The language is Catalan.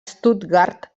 stuttgart